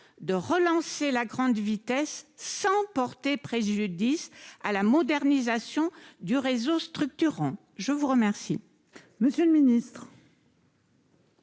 de relancer la grande vitesse, sans porter préjudice à la modernisation du réseau structurant, je vous remercie, monsieur le ministre.